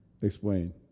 Explain